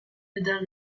detrás